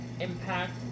Impact